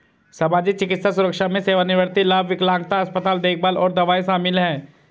सामाजिक, चिकित्सा सुरक्षा में सेवानिवृत्ति लाभ, विकलांगता, अस्पताल देखभाल और दवाएं शामिल हैं